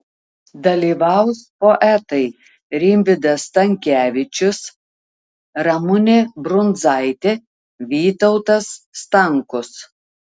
dalyvaus poetai rimvydas stankevičius ramunė brundzaitė vytautas stankus